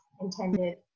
intended